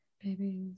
babies